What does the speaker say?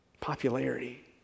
popularity